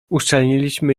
uszczelniliśmy